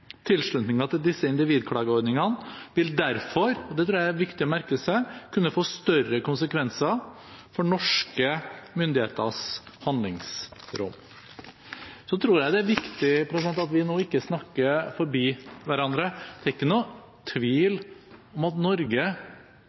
Tilslutningen til disse individklageordningene vil derfor – og det tror jeg det er viktig å merke seg – kunne få større konsekvenser for norske myndigheters handlingsrom. Så tror jeg det er viktig at vi nå ikke snakker forbi hverandre. Det er ikke noen tvil om at Norge